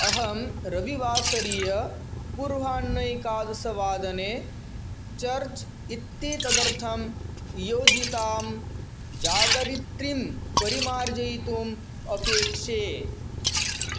अहं रविवासरीयपूर्वाह्णैकादशवादने चर्च् इत्येतदर्थं योजितां जागरित्रीं परिमार्जयितुम् अपेक्षे